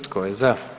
Tko je za?